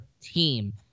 team